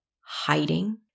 hiding